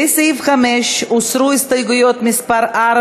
לסעיף 5 הוסרו הסתייגויות מס' 4,